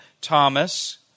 Thomas